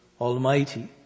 Almighty